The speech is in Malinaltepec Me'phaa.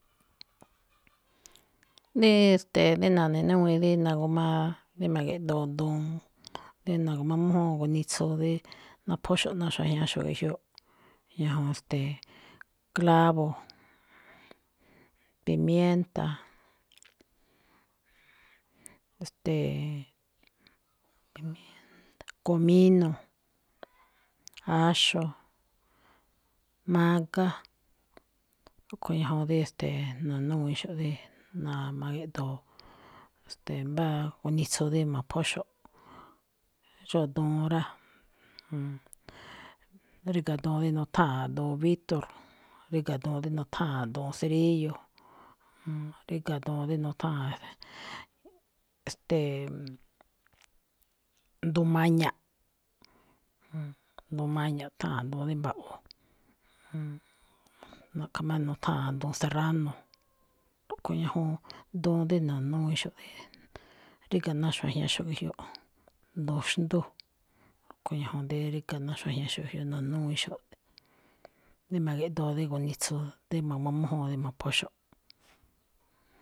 dí, e̱ste̱e̱, dí na̱ne̱núwíin dí na̱gu̱maa dí ma̱ge̱ꞌdoo duun, dí na̱g amújúun gunitsu dí naphóxo̱ꞌ náa xuajñaxo̱ꞌ ge̱jyoꞌ ñajuun, ste̱e̱, clavo, pimienta, e̱ste̱e̱, comino, áxo̱, mágá, rúꞌkho̱ ñajuun rí, e̱ste̱e̱, nonúnwíinxo̱ꞌ dí na̱a̱-ma̱gi̱ꞌdoo, e̱ste̱e̱, mbá gunitsu dí mo̱phóxo̱ꞌ, xóo duun rá. Ríga̱ duun rí nutháan duun víctor. Ríga duun rí nutháa̱n duun cerillo. Ríga̱ duun rí nutháa̱n, ste̱e̱m, duun maña̱ꞌ, duun maña̱ tháa̱n duun rí mba̱ꞌwo̱, nn. Na̱ꞌkha̱ má nutháa̱n duun serrano. Rúꞌkho̱ ñajuun duun dí na̱núwíinxo̱, ríga̱ ná xuajñaxo̱ꞌ ge̱jyoꞌ, duun xndú, rúkho̱ ñajuun dí ríga̱ ná xuajñaxo̱ꞌ jyoꞌ, nonúmwíinxo̱ꞌ, dí ma̱ge̱ꞌdoo dí gunitsu, dí ma̱g amújúun dí mo̱phóxo̱ꞌ.